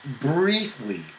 briefly